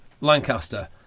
Lancaster